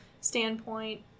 standpoint